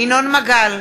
ינון מגל,